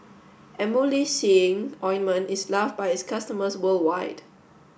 Emulsying Ointment is loved by its customers worldwide